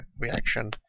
reaction